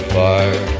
fire